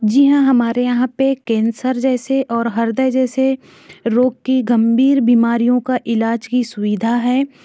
जी हमारे यहाँ पे केन्सर जैसे और ह्रदय जैसे रोग की गंभीर बीमारियाँ का इलाज की सुविधा है